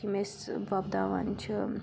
تہٕ یِم أسۍ وۄبداوان چھِ